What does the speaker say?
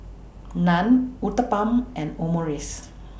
Naan Uthapam and Omurice